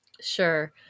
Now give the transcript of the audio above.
Sure